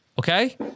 okay